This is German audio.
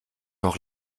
noch